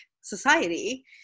society